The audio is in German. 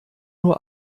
nur